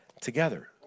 together